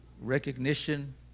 recognition